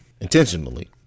intentionally